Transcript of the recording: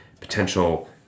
potential